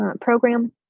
program